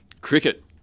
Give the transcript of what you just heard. Cricket